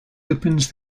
opens